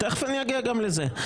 תכף אני אגיע גם לזה.